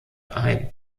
ein